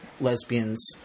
lesbians